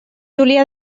julià